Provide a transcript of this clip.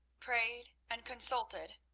prayed and consulted,